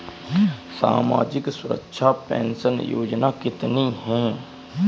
सामाजिक सुरक्षा पेंशन योजना कितनी हैं?